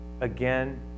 again